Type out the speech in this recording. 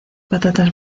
patatas